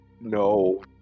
No